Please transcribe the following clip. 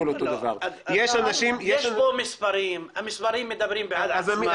יש פה מספרים, המספרים מדברים בעד עצמם.